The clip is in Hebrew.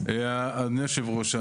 אדוני היושב-ראש,